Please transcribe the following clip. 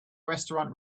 restaurant